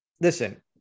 listen